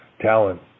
talent